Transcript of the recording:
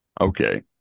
Okay